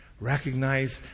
Recognize